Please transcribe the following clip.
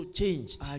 changed